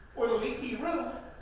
or the leaky roof.